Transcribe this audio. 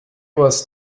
was